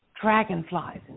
dragonflies